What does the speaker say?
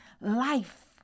life